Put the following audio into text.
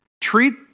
treat